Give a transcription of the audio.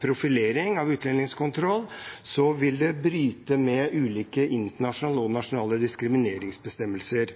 profilering i utlendingskontrollen, vil det bryte med ulike internasjonale og nasjonale diskrimineringsbestemmelser.